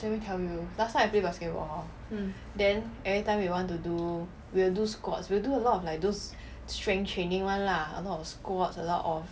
let me tell you last time I play basketball hor then everytime we want to do we'll do squats we'll do a lot of like those strength training [one] lah a lot of squats a lot of